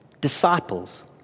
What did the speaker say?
Disciples